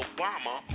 Obama